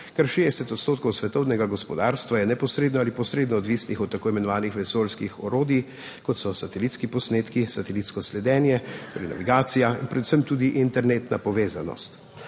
Kar 60 % svetovnega gospodarstva je neposredno ali posredno odvisnih od tako imenovanih vesoljskih orodij, kot so satelitski posnetki, satelitsko sledenje, navigacija in predvsem tudi internetna povezanost.